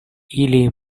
ili